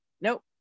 Nope